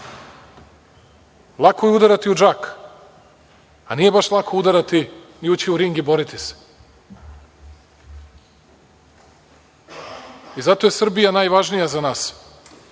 Lako je udarati u džak, a nije baš lako udarati, ni ući u ring i boriti se. Zato je Srbija najvažnija za nas